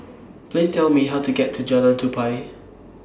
Please Tell Me How to get to Jalan Tupai